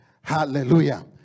Hallelujah